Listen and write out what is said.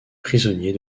prisonniers